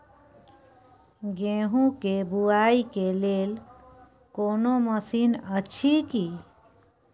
गेहूँ के बुआई के लेल कोनो मसीन अछि की?